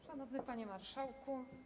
Szanowny Panie Marszałku!